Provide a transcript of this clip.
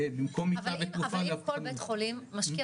במקום --- אבל אם כל בית חולים משקיע